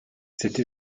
cette